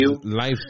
Life